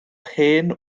hen